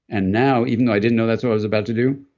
and now, even though i didn't know that's what i was about to do,